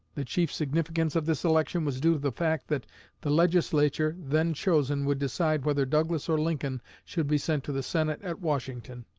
the chief significance of this election was due to the fact that the legislature then chosen would decide whether douglas or lincoln should be sent to the senate at washington.